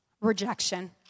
rejection